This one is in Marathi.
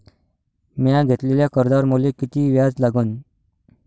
म्या घेतलेल्या कर्जावर मले किती व्याज लागन?